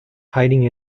hiding